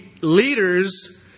leaders